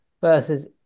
versus